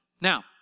Now